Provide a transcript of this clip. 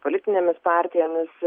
politinėmis partijomis